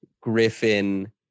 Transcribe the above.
Griffin